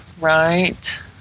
Right